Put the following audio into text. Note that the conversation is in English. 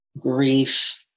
grief